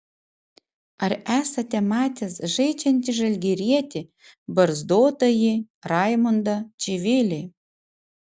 ar esate matęs žaidžiantį žalgirietį barzdotąjį raimundą čivilį